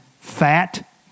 Fat